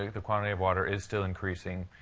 the quantity of water is still increasing.